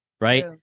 right